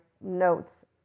notes